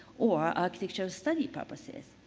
or architectural study purposes.